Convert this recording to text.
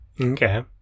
okay